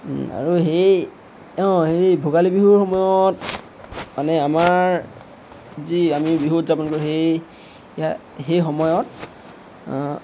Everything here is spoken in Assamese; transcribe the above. আৰু সেই অঁ সেই ভোগালী বিহুৰ সময়ত মানে আমাৰ যি আমি বিহু উদযাপন কৰোঁ সেই সেই সময়ত